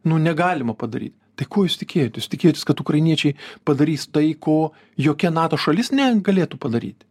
nu negalima padaryt tai ko jūs tikėjotės tikėjotės kad ukrainiečiai padarys tai ko jokia nato šalis negalėtų padaryti